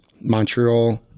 montreal